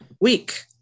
week